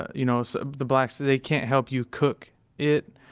you know, so the blacks they can't help you cook it.